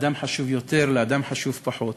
בין אדם חשוב יותר לאדם חשוב פחות.